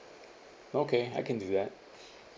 okay I can do that